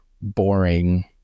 boring